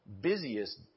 busiest